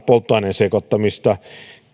polttoaineen sekoittamista